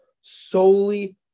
solely